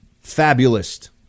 fabulist